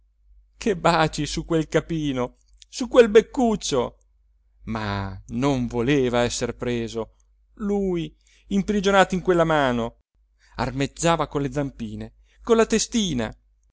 che baci su quel capino su quel beccuccio ma non voleva esser preso lui imprigionato in quella mano armeggiava con le zampine con la testina